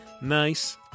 nice